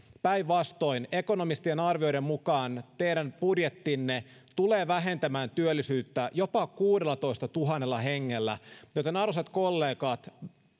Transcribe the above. päinvastoin ekonomistien arvioiden mukaan teidän budjettinne tulee vähentämään työllisyyttä jopa kuudellatoistatuhannella hengellä joten arvoisa kollegat